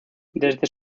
desde